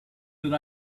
that